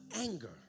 anger